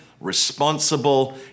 responsible